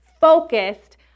focused